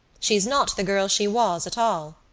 she's not the girl she was at all.